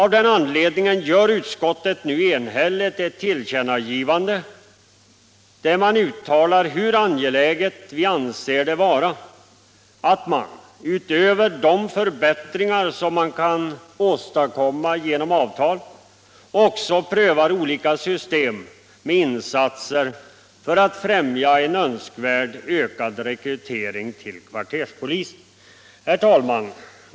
Av den anledningen gör utskottet nu enhälligt ett tillkännagivande där vi uttalar hur angeläget vi anser det vara att man — utöver de förbättringar som kan åstadkommas genom avtal — prövar olika system med insatser för att främja en önskvärd ökad rekrytering till kvarterspolisen. Herr talman!